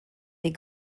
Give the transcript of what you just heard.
des